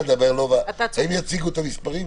הם יציגו את המספרים,